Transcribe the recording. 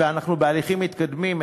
ואנחנו בהליכים מתקדמים,